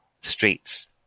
streets